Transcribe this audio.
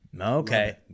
Okay